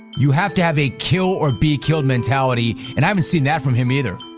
you have to have a kill or be killed mentality, and i haven't seen that from him, either.